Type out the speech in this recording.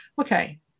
okay